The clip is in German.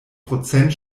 prozent